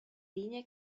linee